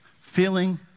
feeling